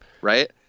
right